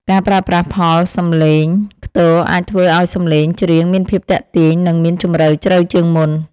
ការប្រើប្រាស់ផលសំឡេងខ្ទរអាចធ្វើឱ្យសំឡេងច្រៀងមានភាពទាក់ទាញ និង មានជម្រៅជ្រៅជាងមុន។